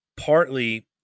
Partly